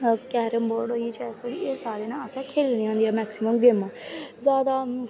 carrom board होईयाएह् सारियां असैं खेलनियां होंदियां मैकसिमम गेमां जादा